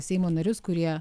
seimo narius kurie